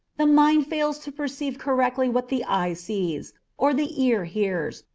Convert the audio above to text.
the mind fails to perceive correctly what the eye sees, or the ear hears,